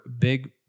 big